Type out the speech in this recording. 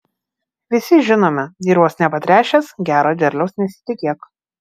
visi žinome dirvos nepatręšęs gero derliaus nesitikėk